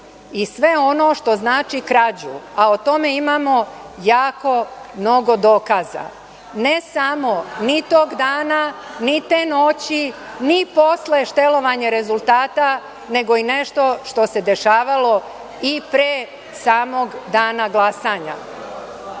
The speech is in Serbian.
i sve ono što znači krađu, a o tome imamo jako mnogo dokaza, ne samo tog dana ni te noći, ni posle štelovanja rezultata nego i nešto što se dešavalo i pre samog dana glasanja.